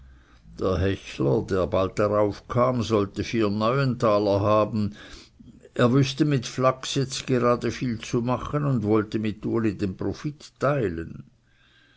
der hechler der bald darauf kam sollte vier neutaler haben er wüßte mit flachs gerade jetzt viel zu machen und wollte mit uli den profit teilen